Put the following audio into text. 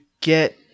get